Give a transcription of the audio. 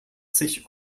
sich